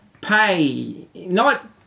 pay—not